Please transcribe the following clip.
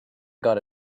got